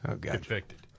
convicted